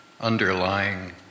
underlying